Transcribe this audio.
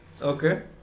Okay